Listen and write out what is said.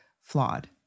flawed